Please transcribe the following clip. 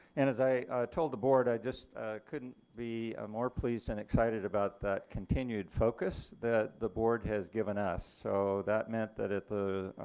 and as i told the board i just couldn't be more pleased and excited about that continued focus that the board has given us so that meant that at the